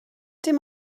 dim